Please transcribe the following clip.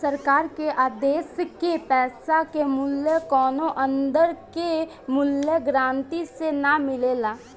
सरकार के आदेश के पैसा के मूल्य कौनो अंदर के मूल्य गारंटी से ना मिलेला